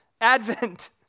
Advent